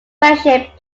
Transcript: friendship